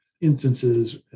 instances